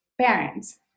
parents